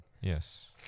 Yes